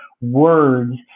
words